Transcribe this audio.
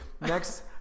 Next